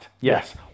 yes